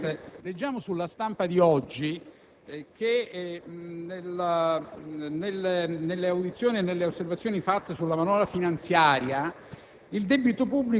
Presidente, leggiamo sulla stampa di oggi che dalle audizioni e dalle osservazioni fatte sulla manovra finanziaria